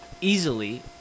easily